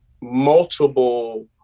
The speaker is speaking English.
multiple